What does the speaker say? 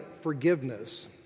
forgiveness